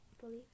believe